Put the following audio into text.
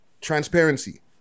Transparency